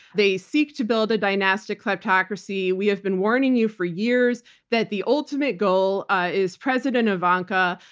they seek to build a dynastic plutocracy. we have been warning you for years that the ultimate goal is president ivanka.